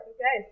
Okay